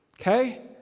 okay